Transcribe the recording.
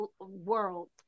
world